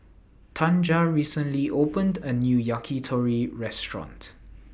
Tanja recently opened A New Yakitori Restaurant